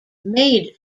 made